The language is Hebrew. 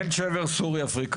אין שבר סורי אפריקאי.